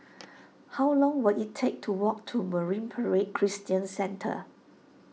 how long will it take to walk to Marine Parade Christian Centre